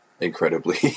incredibly